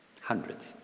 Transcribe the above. hundreds